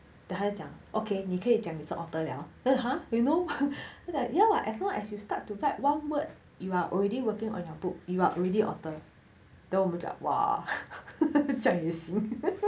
then 还讲 okay 你可以讲你是 author liao then !huh! you know that ya lah as long as you start to write one word you are already working on your book you are already author then 我们讲 !wah! 这样也行